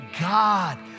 God